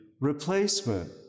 replacement